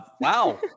wow